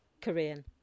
Korean